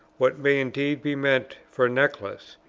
what may indeed be meant for a necklace,